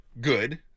good